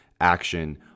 action